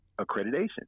accreditation